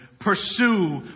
Pursue